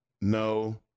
no